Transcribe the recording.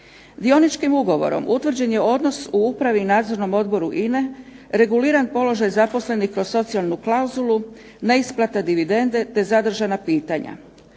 Dioničkim ugovorom određen je odnos u upravi i Nadzornom odboru INA-e reguliran položaj zaposlenih kroz socijalnu klauzulu neisplate dividende, te zadržana pitanja.